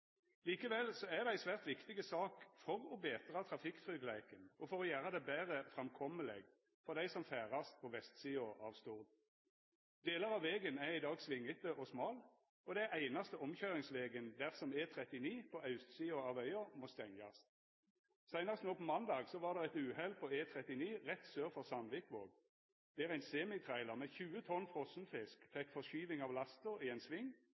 Likevel er det ei svært viktig sak for å betra trafikktryggleiken og for å gjera det betre framkomeleg for dei som ferdast på vestsida av Stord. Delar av vegen er i dag svingete og smal, og det er einaste omkøyringsvegen dersom E39 på austsida av øya må stengjast. Seinast no på mandag var det eit uhell på E39 rett sør for Sandvikvåg, der ein semitrailer med 20 tonn frosenfisk fekk forskyving av lasta i ein sving,